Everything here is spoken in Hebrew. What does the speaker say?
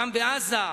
גם בעזה,